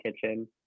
kitchen